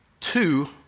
two